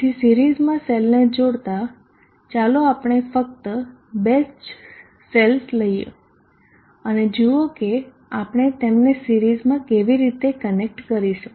તેથી સિરીઝમાં સેલને જોડતા ચાલો આપણે ફક્ત બે જ સેલ્સ લઈએ અને જુઓ કે આપણે તેમને સિરીઝમાં કેવી રીતે કનેક્ટ કરીશું